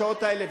בשעות האלה,